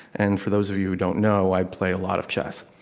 and for those of you who don't know i play a lot of chess.